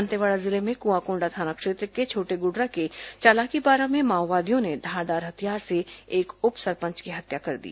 दंतेवाड़ा जिले में कुआंकोंडा थाना क्षेत्र के छोटेगुडरा के चालाकीपारा में माओवादियों ने धारदार हथियार से एक उप सरपंच की हत्या कर दी